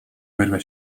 wyrwę